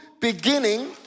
beginning